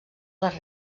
les